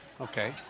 Okay